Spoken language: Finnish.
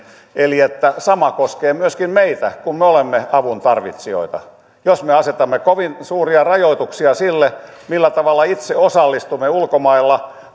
eli että sama koskee myöskin meitä kun me olemme avun tarvitsijoita jos me asetamme kovin suuria rajoituksia sille millä tavalla itse osallistumme ulkomailla